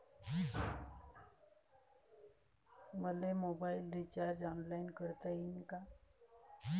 मले mobile recharge online करता येईन का?